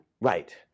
Right